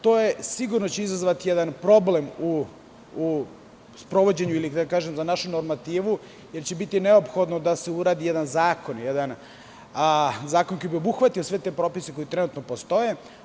To će sigurno izazvati problem u sprovođenju za našu normativu, jer će biti neophodno da se uradi jedan zakon, zakon koji bi obuhvatio sve te propise, koji trenutno postoje.